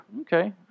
okay